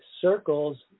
circles